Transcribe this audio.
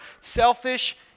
selfish